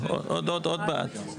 מי נמנע?